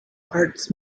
arts